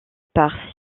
par